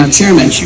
chairman